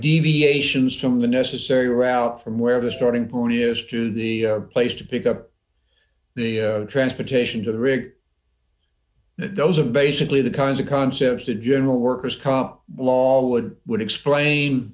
deviations from the necessary route from where the starting point years to the place to pick up the transportation to the rig those are basically the kinds of concepts a general worker's comp law would would explain